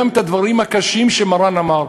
גם את הדברים הקשים שמרן אמר,